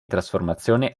trasformazione